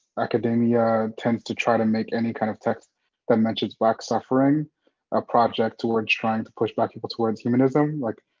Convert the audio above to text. academia tends to try to make any kind of text that mentions black suffering a project towards trying to push back people towards humanism, like,